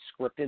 scripted